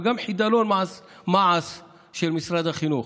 וגם חידלון מעש של משרד החינוך.